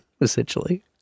essentially